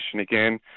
again